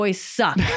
suck